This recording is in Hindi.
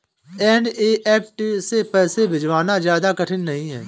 एन.ई.एफ.टी से पैसे भिजवाना ज्यादा कठिन नहीं है